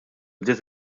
bdiet